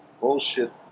bullshit